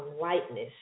lightness